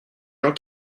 gens